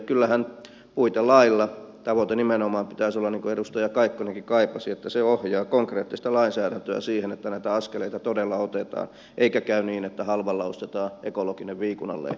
kyllähän puitelailla tavoitteen nimenomaan pitäisi olla niin kuin edustaja kaikkonenkin kaipasi että se ohjaa konkreettista lainsäädäntöä siihen että näitä askeleita todella otetaan eikä käy niin että halvalla ostetaan ekologinen viikunanlehti